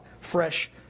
fresh